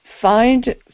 find